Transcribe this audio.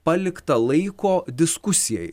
palikta laiko diskusijai